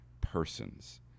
persons